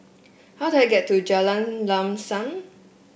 how do I get to Jalan Lam Sam